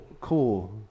Cool